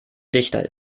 dichter